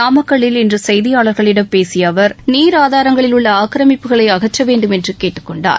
நாமக்கல்லில் இன்று செய்தியாளர்களிடம் பேசிய அவர் நீர் ஆதாரங்களில் உள்ள ஆக்கிரமிப்புகளை அகற்ற வேண்டுமென்று கேட்டுக் கொண்டார்